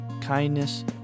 kindness